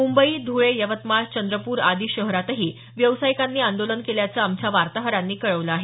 मुंबई धुळे यवतमाळ चंद्रपूर आदी शहरातही व्यावसायिकांनी आंदोलन केल्याचं आमच्या वार्ताहरांनी कळवलं आहे